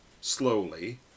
slowly